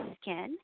skin